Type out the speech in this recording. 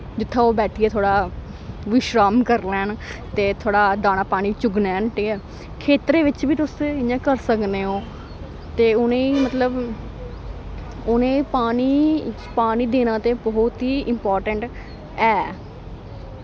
जित्थै ओ बैठियै थोह्ड़ा विश्राम करी लैन ते थोह्ड़ा दाना पानी चुग लैन ठीक ऐ खेत्तरें बिच बी तुस इ'यां करी सकने ओ ते उ'नेई मतलब उ'नें पानी पानी देना ते बहुत ई इम्पार्टैंट ऐ